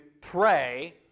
pray